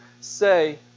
say